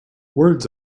words